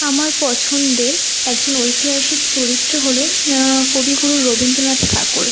আমার পছন্দের একজন ঐতিহাসিক চরিত্র হল কবিগুরু রবীন্দ্রনাথ ঠাকুর